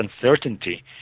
uncertainty